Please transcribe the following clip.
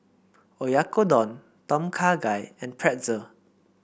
Oyakodon Tom Kha Gai and Pretzel